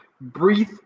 breathe